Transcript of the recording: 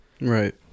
Right